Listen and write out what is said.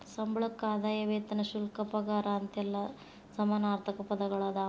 ಸಂಬಳಕ್ಕ ಆದಾಯ ವೇತನ ಶುಲ್ಕ ಪಗಾರ ಅಂತೆಲ್ಲಾ ಸಮಾನಾರ್ಥಕ ಪದಗಳದಾವ